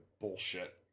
bullshit